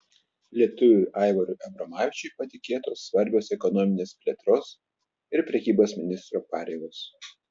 lietuviui aivarui abromavičiui patikėtos svarbios ekonominės plėtros ir prekybos ministro pareigos